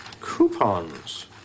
Coupons